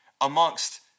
amongst